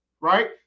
right